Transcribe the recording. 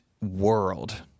world